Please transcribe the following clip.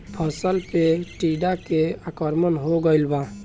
फसल पे टीडा के आक्रमण हो गइल बा?